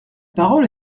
parole